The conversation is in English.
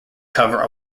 cover